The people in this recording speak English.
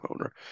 owner